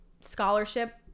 scholarship